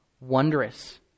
wondrous